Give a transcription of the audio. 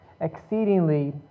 exceedingly